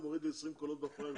הוא מוריד לי 20 קולות בפריימריס.